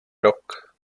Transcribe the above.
rok